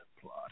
plot